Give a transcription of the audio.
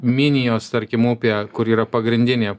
minijos tarkim upė kuri yra pagrindinė